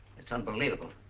it's unbelievable.